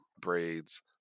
braids